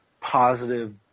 positive